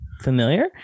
Familiar